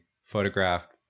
photographed